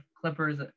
Clippers